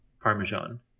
parmesan